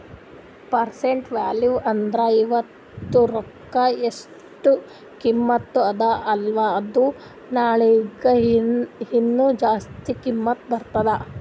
present value ಅಂದುರ್ ಇವತ್ತ ರೊಕ್ಕಾ ಎಸ್ಟ್ ಕಿಮತ್ತ ಅದ ಅಲ್ಲಾ ಅದು ನಾಳಿಗ ಹೀನಾ ಜಾಸ್ತಿ ಕಿಮ್ಮತ್ ಬರ್ತುದ್